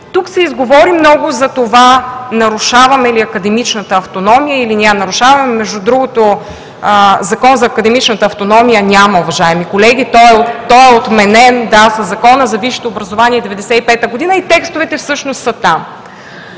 Тук се изговори много за това нарушаваме ли академичната автономия, или не я нарушаваме. Между другото, Закон за академичната автономия няма, уважаеми колеги, той е отменен със Закона за висшето образование през 1995 г. и текстовете всъщност са там.